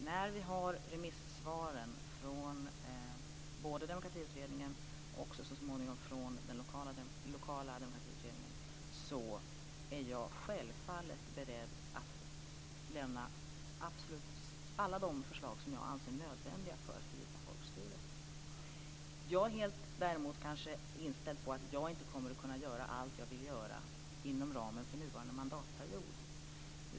När vi har fått remissvaren från Demokratiutredningen och, så småningom, också från den lokala demokratiutredningen är jag självfallet beredd att lämna alla förslag som jag anser är nödvändiga för att fördjupa folkstyret. Däremot är jag kanske inställd på att jag inte kommer att kunna göra allt som jag vill göra inom ramen för nuvarande mandatperiod.